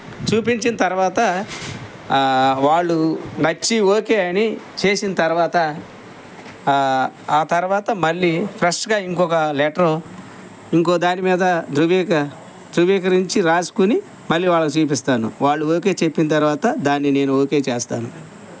చూపించిన తర్వాత వాళ్ళు నచ్చి ఓకే అని చేసిన తర్వాత ఆ తర్వాత మళ్ళీ ఫ్రెష్గా ఇంకొక లెటరు ఇంకో దాని మీద ధృవీకరించి రాసుకొని మళ్ళీ వాళ్ళకి చూపిస్తాను వాళ్ళు ఓకే చెప్పిన తర్వాత దాన్ని నేను ఓకే చేస్తాను